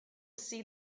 see